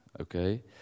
okay